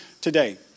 today